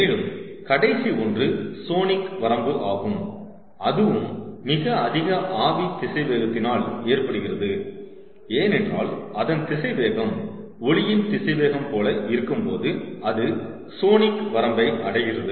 மேலும் கடைசி ஒன்று சோனிக் வரம்பு ஆகும் அதுவும் மிக அதிக ஆவி திசைவேகத்தினால் ஏற்படுகிறது ஏனென்றால் அதன் திசைவேகம் ஒலியின் திசைவேகம் போல இருக்கும்போது அது சோனிக் வரம்பை அடைகிறது